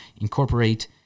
incorporate